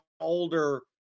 older